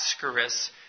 Ascaris